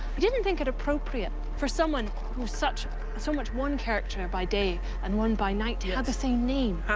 didn't think it appropriate for someone who's such so much one character by day and one by night to have the same name.